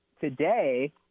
today